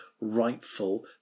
rightful